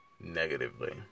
negatively